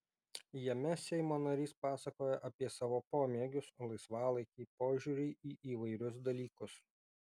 jame seimo narys pasakoja apie savo pomėgius laisvalaikį požiūrį į įvairius dalykus